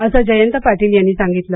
असं जयंत पाटील यांनी सांगितलं